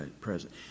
present